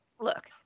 look